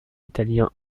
italien